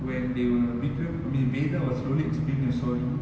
when they were vikram I mean vedha was slowly explaining the story